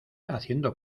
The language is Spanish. haciendo